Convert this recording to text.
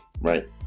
Right